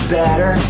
better